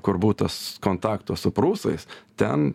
kur buvo tas kontakto su prūsais ten